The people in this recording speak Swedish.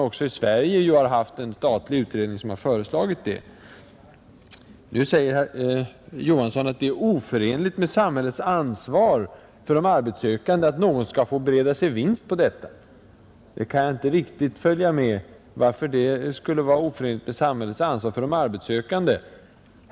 Också i Sverige har vi haft en statlig utredning som har föreslagit detta. Nu säger herr Johansson att det är oförenligt med samhällets ansvar för de arbetssökande att någon skall få bereda sig vinst på att förmedla jobb. Jag kan inte riktigt följa med. Varför skulle detta vara oförenligt med samhällets ansvar för de arbetssökande?